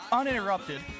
uninterrupted